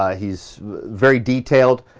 ah he's very detailed.